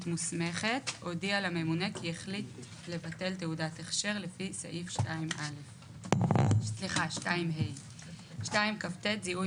מוסמכת הודיע לממונה כי החליט לבטל תעודת הכשר לפי סעיף 2ה. זיהוי